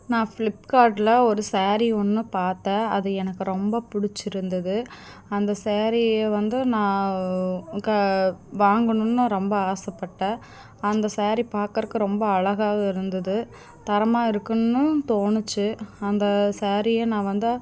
நான் ஃப்ளிப்கார்ட்டில் ஒரு சேரீ ஒன்று பார்த்தேன் அது எனக்கு ரொம்ப புடிச்சு இருந்துது அந்த சேரீயை வந்து நான் க வாங்கணும்னு ரொம்ப ஆசைப்பட்டேன் அந்த சேரீ பார்க்கறக்கு ரொம்ப அழகாகவும் இருந்துது தரமாக இருக்குதுன்னு தோணுச்சு அந்த சேரீயை நான் வந்தா